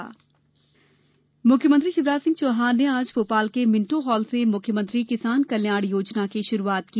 किसान कल्याण योजना मुख्यमंत्री शिवराज सिंह चौहान ने आज भोपाल के मिंटो हॉल से मुख्यमंत्री किसान कल्याण योजना की शुरूआत की